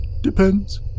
Depends